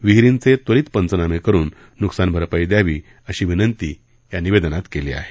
विहिरींचे त्वरीत पंचनामे करुन न्कसान भरपाई द्यावी अशी विनंतीही या निवेदनात केली आहे